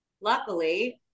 luckily